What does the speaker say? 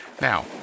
Now